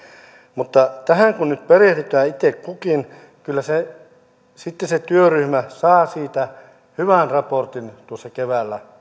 mutta tähän kun nyt perehdytään itse kukin kyllä se työryhmä sitten saa siitä hyvän raportin keväällä